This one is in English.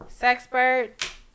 sexpert